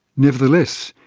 nevertheless,